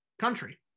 country